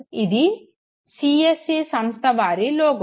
ఇది సిఎస్సి సంస్థ వారి లోగో